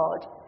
God